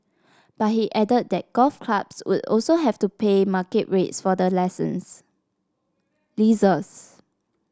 but he added that golf clubs would also have to pay market rates for the lessons leases